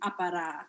Apara